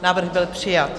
Návrh byl přijat.